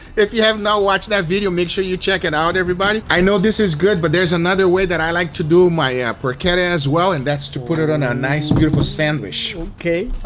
if you have not watched that video make sure you check it out everybody. i know this is good but there's another way that i like to do my ah porchetta as well, and that's to put it on a nice beautiful sandwich. oh okay.